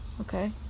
Okay